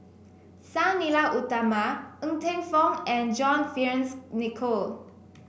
Sang Nila Utama Ng Teng Fong and John Fearns Nicoll